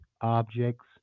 objects